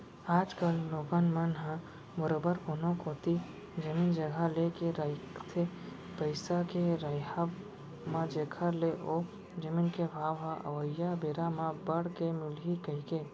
आज कल लोगन मन ह बरोबर कोनो कोती जमीन जघा लेके रखथे पइसा के राहब म जेखर ले ओ जमीन के भाव ह अवइया बेरा म बड़ के मिलही कहिके